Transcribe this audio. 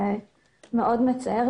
זה מאוד מצער.